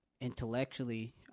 intellectually